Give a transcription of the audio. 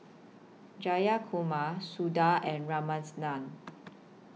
Jayakumar Suda and